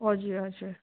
हजुर हजुर